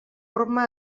manera